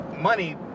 money